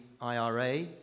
IRA